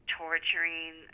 torturing